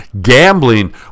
gambling